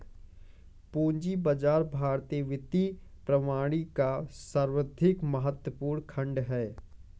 पूंजी बाजार भारतीय वित्तीय प्रणाली का सर्वाधिक महत्वपूर्ण खण्ड है